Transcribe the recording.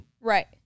Right